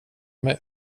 mig